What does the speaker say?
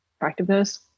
attractiveness